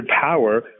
power